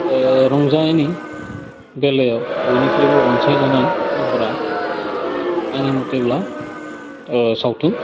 रंजानायनि बेलायाव बयनिख्रुइबो अनसाइजानाय महरा आंनि मथेब्ला सावथुन